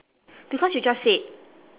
because you just said